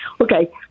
Okay